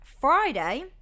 Friday